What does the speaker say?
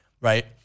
right